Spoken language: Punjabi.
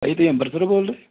ਭਾਅ ਜੀ ਤੁਸੀਂ ਅੰਬਰਸਰੋਂ ਬੋਲਦੇ